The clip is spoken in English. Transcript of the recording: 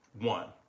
one